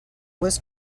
was